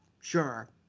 Sure